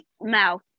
mouth